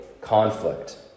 conflict